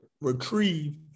retrieve